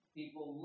people